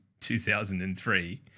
2003